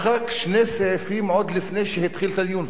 מחק שני סעיפים עוד לפני שהתחיל את הדיון,